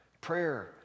prayer